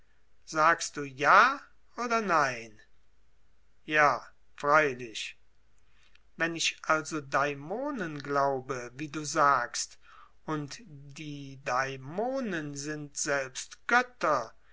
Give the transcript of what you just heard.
sagst du ja oder nein ja freilich wenn ich also daimonen glaube wie du sagst und die daimonen sind selbst götter